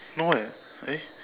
no leh eh